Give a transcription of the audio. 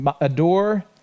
adore